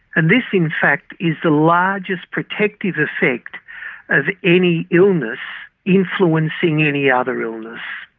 and this in fact is the largest protective effect of any illness influencing any other illness.